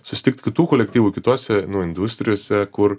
susitikti kitų kolektyvų kitose industrijose kur